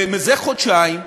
זה חודשיים,